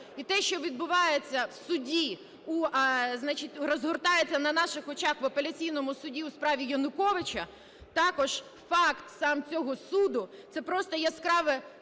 І те, що відбувається в суді, розгортається на наших очах в апеляційному суді у справі Януковича, також факт сам цього суду, це просто яскраве